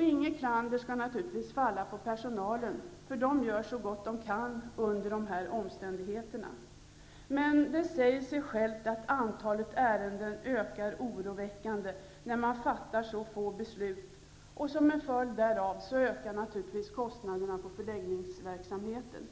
Inget klander skall naturligtvis falla på personalen. Den gör så gott den kan under dessa omständigheter. Men det säger sig självt att antalet ärenden ökar oroväckande när man fattar så få beslut. Som en följd därav ökar också kostnaderna för förläggningsverksamheten.